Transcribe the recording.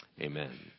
amen